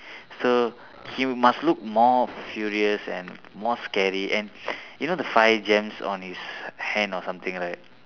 so he must look more furious and more scary and you know the five gems on his hand or something right